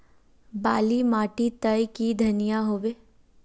बाली माटी तई की धनिया होबे?